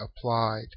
applied